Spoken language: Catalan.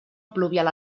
pluvial